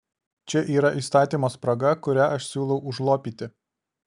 čia yra įstatymo spraga kurią aš siūlau užlopyti